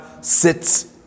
sits